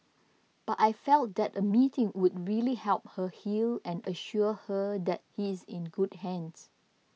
but I felt that a meeting would really help her heal and assure her that he's in good hands